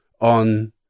on